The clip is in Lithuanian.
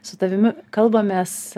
su tavimi kalbamės